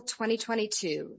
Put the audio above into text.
2022